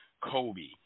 Kobe